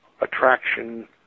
attraction